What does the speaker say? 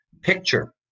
picture